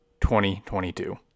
2022